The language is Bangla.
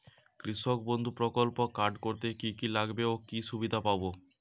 কৃষক বন্ধু প্রকল্প কার্ড করতে কি কি লাগবে ও কি সুবিধা পাব?